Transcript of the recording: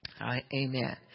Amen